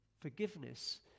Forgiveness